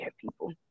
people